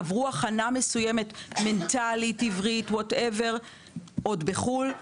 עברו הכנה מנטלית, עברית, עוד בחו"ל.